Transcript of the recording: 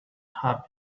have